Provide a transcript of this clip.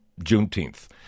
Juneteenth